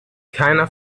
keiner